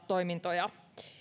toimintoja